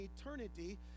eternity